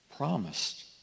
promised